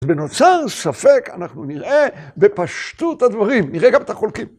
ונוצר ספק אנחנו נראה בפשטות הדברים, נראה גם את החולקים.